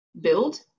build